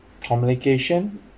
communication